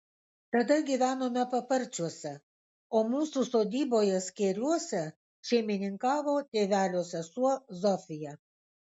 tada gyvenome paparčiuose o mūsų sodyboje skėriuose šeimininkavo tėvelio sesuo zofija